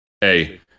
hey